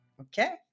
Okay